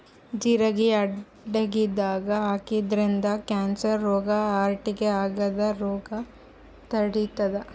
ಜಿರಗಿ ಅಡಗಿದಾಗ್ ಹಾಕಿದ್ರಿನ್ದ ಕ್ಯಾನ್ಸರ್ ರೋಗ್ ಹಾರ್ಟ್ಗಾ ಆಗದ್ದ್ ರೋಗ್ ತಡಿತಾದ್